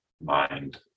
mind